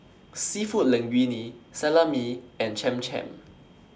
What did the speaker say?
Seafood Linguine Salami and Cham Cham